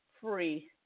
free